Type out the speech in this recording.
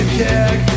kick